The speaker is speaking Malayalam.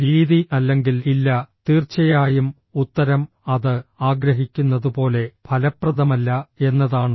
രീതി അല്ലെങ്കിൽ ഇല്ല തീർച്ചയായും ഉത്തരം അത് ആഗ്രഹിക്കുന്നത് പോലെ ഫലപ്രദമല്ല എന്നതാണ്